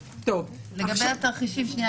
תלכו,